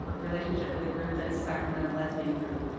relationship with a group that's sacramento lesbian group,